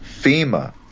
FEMA